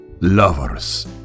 Lovers